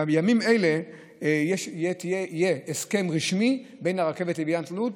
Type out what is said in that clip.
בימים אלה יהיה הסכם רשמי בין הרכבת לעיריית לוד,